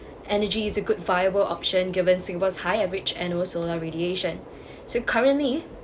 energy is a good viable option given singapore's high average and also solar radiation so currently